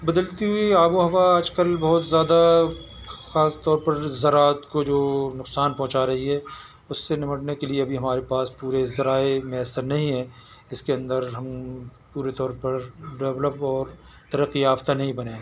بدلتی ہوئی آب و ہوا آج کل بہت زیادہ خاص طور پر زراعت کو جو نقصان پہنچا رہی ہے اس سے نپٹنے کے لیے ابھی ہمارے پاس پورے ذرائع میسر نہیں ہیں اس کے اندر ہم پورے طور پر ڈیولپ اور ترقی یافتہ نہیں بنے ہیں